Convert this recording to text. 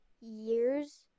years